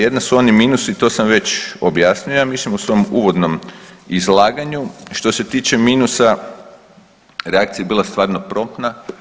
Jedna su oni minusi, to sam već objasnio ja mislim u svom uvodnom izlaganju, što se tiče minusa reakcija je bila stvarno promptna.